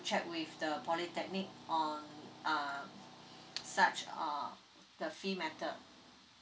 check with the polytechnic on uh such uh the fee matter